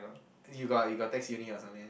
you got you got text uni or something like that